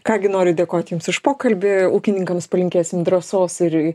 ką gi noriu dėkoti jums už pokalbį ūkininkams palinkėsim drąsos ir